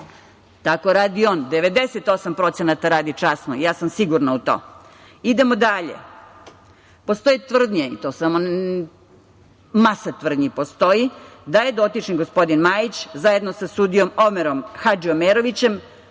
Tako radi on. Ostalih 98% radi časno, ja sam sigurna u to. Idemo dalje. Postoji tvrdnja, masa tvrdnji postoji, da je dotični gospodin Majić, zajedno sa sudijom Omerom Hadžiomerovićem,